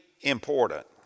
important